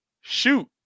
Shoot